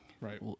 Right